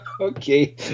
Okay